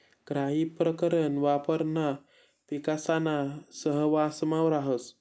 काही प्रकरण वावरणा पिकासाना सहवांसमा राहस